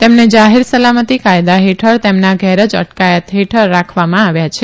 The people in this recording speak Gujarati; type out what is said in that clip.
તેમની જાહેર સલામતિ કાયદા હેઠળ તેમના ઘેર જ અટકાયતન હેઠળ રાખવામાં આવ્યા છે